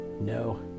No